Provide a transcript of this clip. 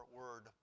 word